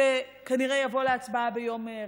שכנראה יבוא להצבעה ביום רביעי,